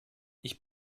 ich